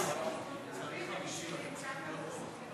סעיף 1 נתקבל.